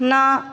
ਨਾ